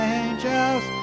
angels